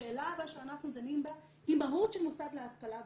השאלה שאנחנו דנים בה היא מהות של מוסד להשכלה גבוהה.